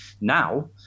Now